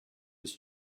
his